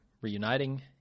reuniting